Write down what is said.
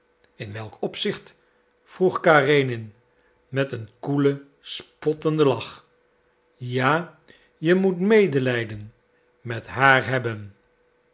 in welk opzicht vroeg karenin met een koelen spottenden lach ja je moet medelijden met haar hebben